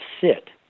sit